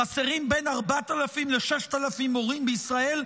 חסרים בין 4,000 ל-6,000 מורים בישראל.